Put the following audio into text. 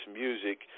music